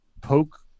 poke